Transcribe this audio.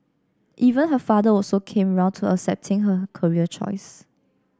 even her father also came round to accepting her career choice